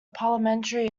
parliamentary